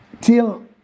till